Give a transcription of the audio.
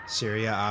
syria